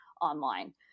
online